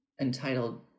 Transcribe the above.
Entitled